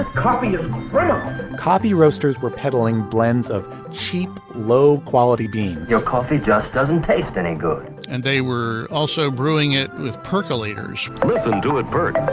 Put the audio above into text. ah coffee ah coffee roasters were peddling blends of cheap, low quality beans. your coffee just doesn't taste any good and they were also brewing. it was personal eaters listen, do it, bird,